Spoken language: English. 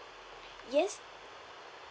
yes